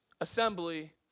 assembly